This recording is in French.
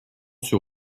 sur